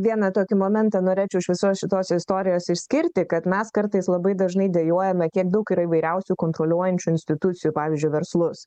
vieną tokį momentą norėčiau iš visos šitos istorijos išskirti kad mes kartais labai dažnai dejuojame kiek daug yra įvairiausių kontroliuojančių institucijų pavyzdžiui verslus